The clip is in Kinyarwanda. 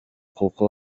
kuko